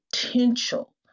potential